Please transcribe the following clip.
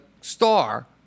star